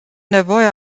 nevoie